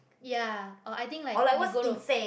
ya or I think like you go to